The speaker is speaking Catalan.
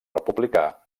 republicà